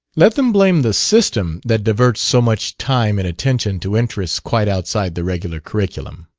let them blame the system that diverts so much time and attention to interests quite outside the regular curriculum.